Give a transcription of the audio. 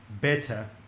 better